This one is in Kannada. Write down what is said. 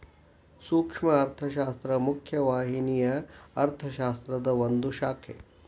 ಸೂಕ್ಷ್ಮ ಅರ್ಥಶಾಸ್ತ್ರ ಮುಖ್ಯ ವಾಹಿನಿಯ ಅರ್ಥಶಾಸ್ತ್ರದ ಒಂದ್ ಶಾಖೆ